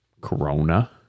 corona